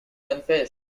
confessed